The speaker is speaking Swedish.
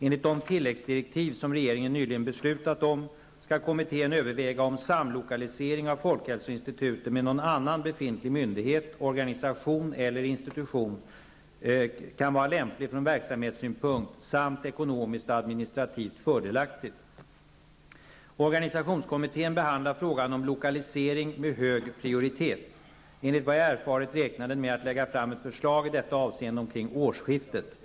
Enligt de tilläggsdirektiv som regeringen nyligen beslutat om skall kommittén överväga om samlokalisering av folkhälsoinstitutet med någon befintlig myndighet, organisation eller institution kan vara lämplig från verksamhetssynpunkt samt ekonomiskt och administrativt fördelaktigt. Organisationskommittén behandlar frågan om lokalisering med hög prioritet. Enligt vad jag erfarit räknar den med att lägga fram förslag i detta avseende omkring årsskiftet.